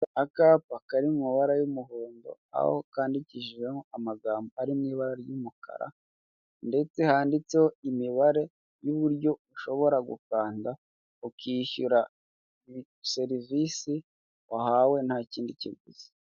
Akapa kari mu mabara y'umuhondo aho kandikishijeho amagambo ari mu ibara ry'umukara, ndetse handitseho imibare y'uburyo ushobora gukanda ukishyura serivisi wahawe nta kindi kiguzi.